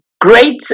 great